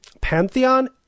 pantheon